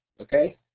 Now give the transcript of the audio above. okay